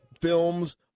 films